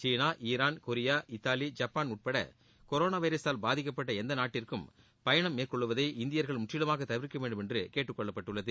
சீனா Iran Korea Italy Japan உட்பட corona வைரசால் பாதிக்கப்பட்ட எந்த நாட்டிற்கும் பயணம் மேற்கொள்வதை இந்தியர்கள் முற்றிலுமாக தவிர்க்க வேண்டும் என்று கேட்டுக் கொள்ளப்பட்டுள்ளது